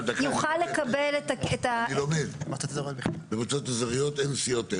יוכל לקבל --- במועצות אזוריות אין סיעות בכלל?